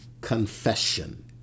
confession